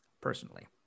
personally